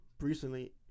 recently